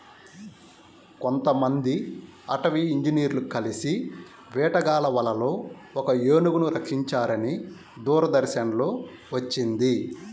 కొంతమంది అటవీ ఇంజినీర్లు కలిసి వేటగాళ్ళ వలలో ఒక ఏనుగును రక్షించారని దూరదర్శన్ లో వచ్చింది